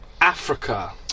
Africa